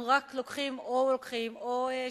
אנחנו רק או לוקחים או שולחים.